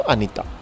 Anita